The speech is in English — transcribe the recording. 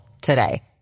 today